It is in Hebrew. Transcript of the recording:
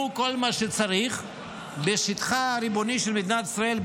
כל מה שצריך בשטחה הריבוני של מדינת ישראל,